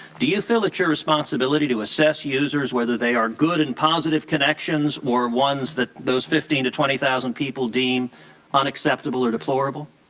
do you feel that your responsibility to assess users whether they are good and positive connections or ones that those fifteen twenty thousand people deem unacceptable or deplorable?